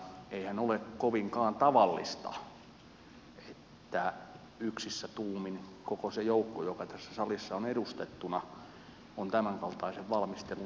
eihän ole kovinkaan tavallista että yksissä tuumin koko se joukko joka tässä salissa on edustettuna on tämänkaltaisen valmistelun tehnyt